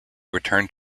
returned